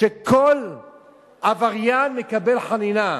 שכל עבריין מקבל חנינה.